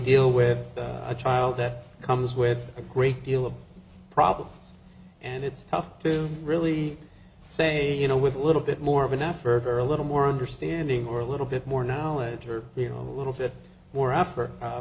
deal with a child that comes with a great deal of problems and it's tough to really say you know with a little bit more of an effort or a little more understanding or a little bit more knowledge or be a little bit more off